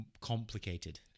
complicated